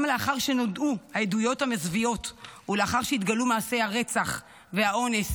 גם לאחר שנודעו העדויות המזוויעות ולאחר שהתגלו מעשי הרצח והאונס